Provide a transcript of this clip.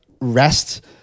rest